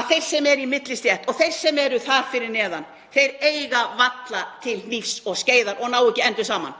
að þeir sem eru í millistétt og þeir sem eru þar fyrir neðan, þeir eiga varla til hnífs og skeiðar og ná ekki endum saman.